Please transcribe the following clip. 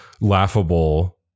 laughable